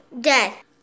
death